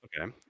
okay